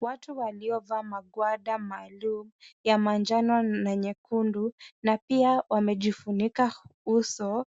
Watu waliovaa magwanda maalum ya manjano na nyekundu na pia wamejifunika uso